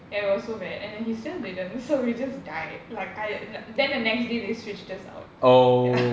ya it was so bad and then he still didn't so we just died like I then the next day they switched us out ya